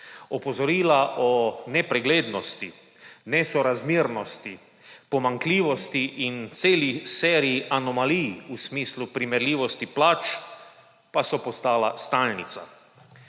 Opozorila o nepreglednosti, nesorazmernosti, pomanjkljivosti in celi seriji anomalij v smislu primerljivosti plač pa so postala stalnica.